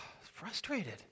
Frustrated